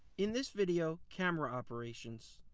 in this video, camera operations.